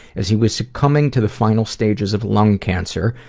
as he was succumbing to the final stages of lung cancer,